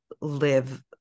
live